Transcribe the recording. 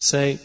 Say